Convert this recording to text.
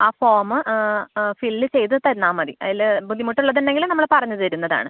ആ form fill ചെയ്ത് തന്നാൽ മതി അതിൽ ബുദ്ധിമുട്ടുള്ളതുണ്ടെങ്കിൽ നമ്മൾ പറഞ്ഞ് തരുന്നതാണ്